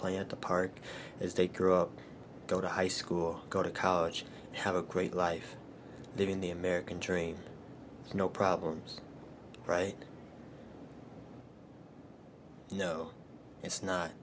play at the park there's a crew of go to high school go to college have a great life living the american dream no problems right no it's not